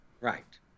Right